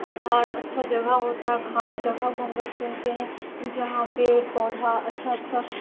باہر اچھا جگہ ہوتا ہے خالی جگہ کو ہم لوگ چنتے ہیں جہاں پہ پودھا اچھا سا